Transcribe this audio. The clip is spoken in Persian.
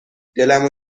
دلمو